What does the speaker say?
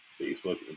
Facebook